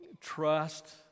trust